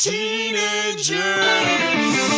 Teenagers